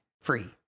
free